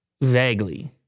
Vaguely